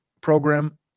program